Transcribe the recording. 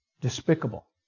despicable